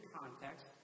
context